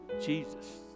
Jesus